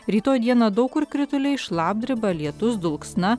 rytoj dieną daug kur krituliai šlapdriba lietus dulksna